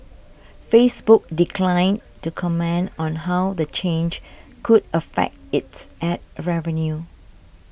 Facebook declined to comment on how the change could affect its ad revenue